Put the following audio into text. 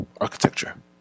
architecture